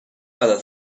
other